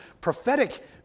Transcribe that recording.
prophetic